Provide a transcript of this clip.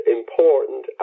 important